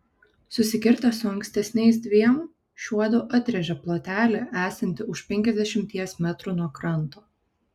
susikirtę su ankstesniais dviem šiuodu atrėžė plotelį esantį už penkiasdešimties metrų nuo kranto